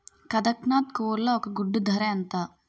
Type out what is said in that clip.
కదక్నత్ కోళ్ల ఒక గుడ్డు ధర ఎంత?